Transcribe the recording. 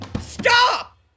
Stop